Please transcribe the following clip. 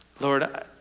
Lord